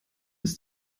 ist